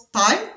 time